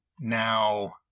now